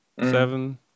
seven